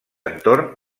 entorn